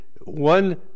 one